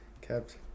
kept